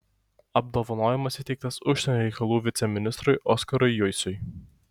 apdovanojimas įteiktas užsienio reikalų viceministrui oskarui jusiui